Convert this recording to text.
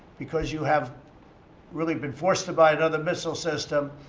because you have really been forced to buy another missile system,